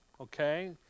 Okay